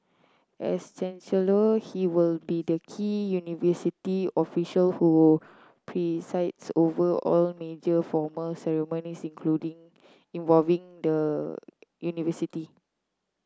as chancellor he will be the key university official who presides over all major formal ceremonies including involving the university